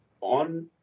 On